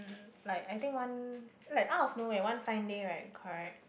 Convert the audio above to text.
like I think one like out of nowhere one fine day right correct